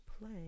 play